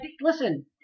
listen